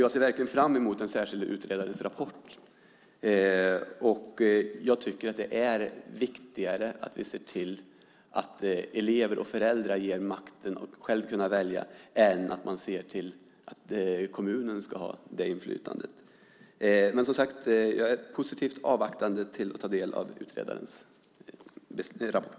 Jag ser verkligen fram emot den särskilda utredarens rapport. Det är viktigare att vi ser till att elever och föräldrar ges makten att själva kunna välja än att man ser till att kommunen ska ha det inflytandet. Jag är positivt avvaktande till att ta del av utredarens rapport.